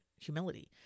Humility